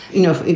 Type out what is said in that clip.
you know,